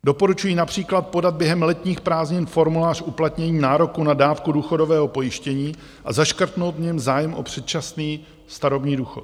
Doporučují například podat během letních prázdnin formulář uplatnění nároku na dávku důchodového pojištění a zaškrtnout v něm zájem o předčasný starobní důchod.